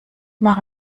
mache